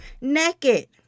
Naked